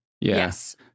Yes